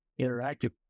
interactive